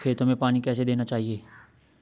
खेतों में पानी कैसे देना चाहिए?